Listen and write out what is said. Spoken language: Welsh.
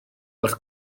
wrth